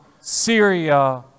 Syria